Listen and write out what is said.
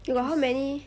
you got how many